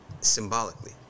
symbolically